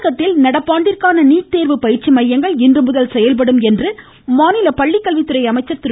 தமிழகத்தில் நடப்பாண்டிற்கான நீட் தேர்வு பயிற்சி மையங்கள் இன்று முதல் செயல்படும் மாநில என்று அமைச்சர் திரு